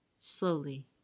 Slowly